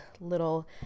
little